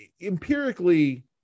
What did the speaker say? empirically